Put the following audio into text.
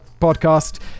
podcast